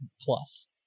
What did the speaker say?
Plus